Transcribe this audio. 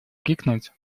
крикнуть